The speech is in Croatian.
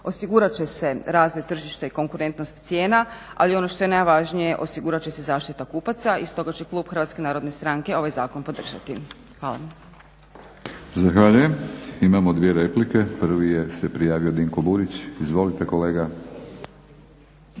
osigurat će se razvoj tržišta i konkurentnost cijena ali ono što je najvažnije osigurat će se zaštita kupaca i stoga će Klub HNS-a ovaj zakon podržati. Hvala. **Batinić, Milorad (HNS)** Zahvaljujem. Imamo dvije replike. Prvi se prijavio Dinko Burić. Izvolite kolega.